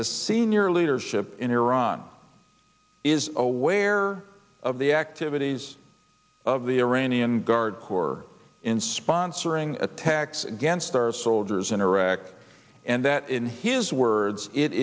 the senior leadership in iran is aware of the activities of the iranian guard corps in sponsoring attacks against our soldiers in iraq and that in his words it